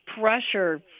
pressure